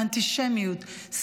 האנטישמיות,